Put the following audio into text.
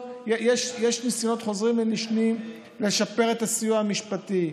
ניסיונות חוזרים ונשנים לשפר את הסיוע המשפטי,